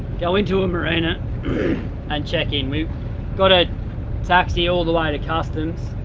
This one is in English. go into a marina and check in. we got a taxi all the way to customs